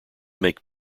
make